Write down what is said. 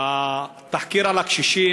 התחקיר על הקשישים,